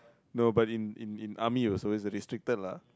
no but in in in army it was always restricted lah